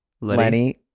Lenny